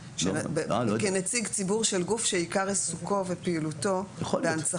כנציג ציבור של גוף שעיקר עיסוקו ופעילותו בהנצחה,